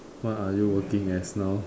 what are you working as now